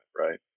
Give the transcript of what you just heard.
Right